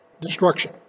destruction